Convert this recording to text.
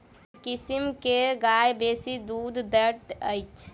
केँ किसिम केँ गाय बेसी दुध दइ अछि?